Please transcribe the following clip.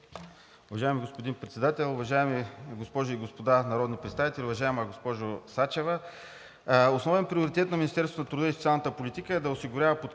Уважаеми господин Председател, уважаеми госпожи и господа народни представители! Уважаема госпожо Сачева, основен приоритет на Министерството на труда и социалната политика е да осигурява подкрепа